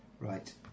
Right